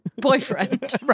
boyfriend